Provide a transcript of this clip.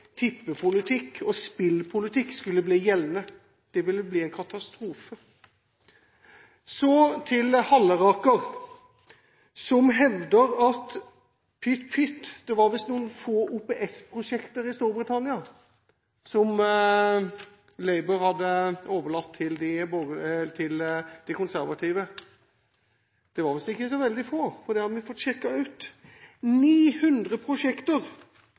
og spillpolitikk skulle bli gjeldende. Det ville bli en katastrofe. Så til Halleraker, som hevder at pytt, pytt, det var visst noen få OPS-prosjekter i Storbritannia som Labour hadde overlatt til de konservative. Det var visst ikke så veldig få, for det har vi fått sjekket ut – 900 prosjekter,